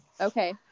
Okay